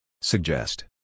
Suggest